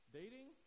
dating